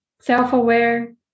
self-aware